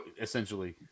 essentially